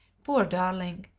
poor darling!